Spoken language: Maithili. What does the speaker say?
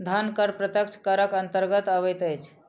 धन कर प्रत्यक्ष करक अन्तर्गत अबैत अछि